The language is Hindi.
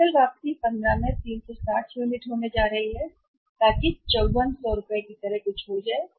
सकल वापसी 15 में 360 यूनिट होने जा रही है ताकि 5400 की तरह कुछ हो जाए रुपये